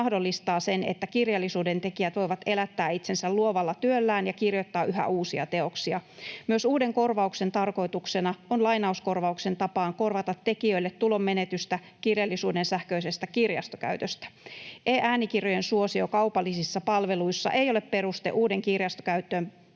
että kirjallisuuden tekijät voivat elättää itsensä luovalla työllään ja kirjoittaa yhä uusia teoksia. Myös uuden korvauksen tarkoituksena on lainauskorvauksen tapaan korvata tekijöille tulonmenetystä kirjallisuuden sähköisestä kirjastokäytöstä. E-äänikirjojen suosio kaupallisissa palveluissa ei ole peruste uuden, kirjastokäyttöön